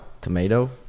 Tomato